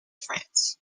france